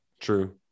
true